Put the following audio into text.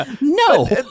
No